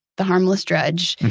the harmless drudge,